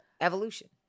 evolution